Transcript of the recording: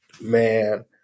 Man